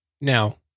Now